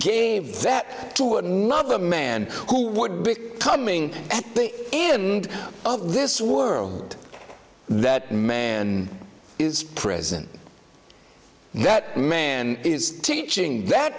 that to another man who would becoming at the end of this world that man is present that man is teaching that